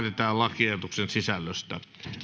lakiehdotuksen sisällöstä